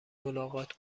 ملاقات